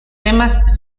temas